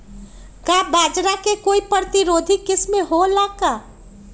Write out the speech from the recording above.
का बाजरा के कोई प्रतिरोधी किस्म हो ला का?